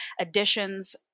additions